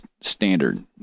standard